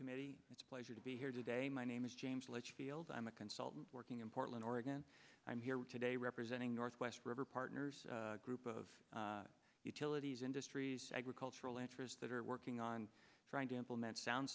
subcommittee it's a pleasure to be here today my name is james lets field i'm a consultant working in portland oregon i'm here today representing northwest river partners group of utilities industries agricultural interests that are working on trying to implement sound